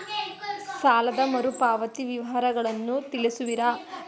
ಸಾಲದ ಮರುಪಾವತಿ ವಿವರಗಳನ್ನು ತಿಳಿಸುವಿರಾ?